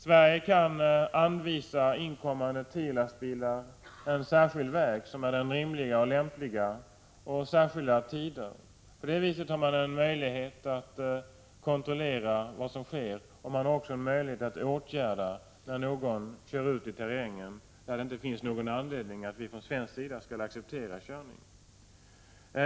Sverige kan anvisa inkommande TIR-lastbilar en särskild väg som den rimliga och lämpliga, liksom särskilda tider. På det viset har man möjlighet att kontrollera vad som sker. Man har också möjlighet att vidta åtgärder när någon kör ut på mindre vägar i terrängen, när det inte finns någon anledning att vi från svensk sida skall acceptera den körningen.